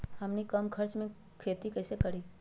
हमनी कम खर्च मे खेती कई से करी?